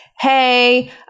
hey